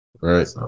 right